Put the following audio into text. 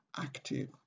active